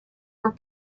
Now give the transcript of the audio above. were